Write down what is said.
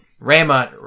Raymond